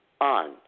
on